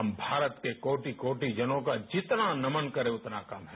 हम भारत के कोटि कोटिजनों का जितना नमन करे उतना कम है